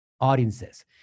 Audiences